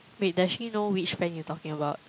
wait does she know which friend you talking about